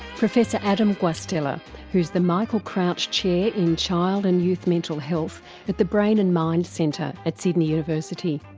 professor adam guastella who's the michael crouch chair in child and youth mental health at the brain and mind centre at sydney university.